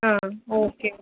ஆ okay